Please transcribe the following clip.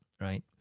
right